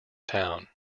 town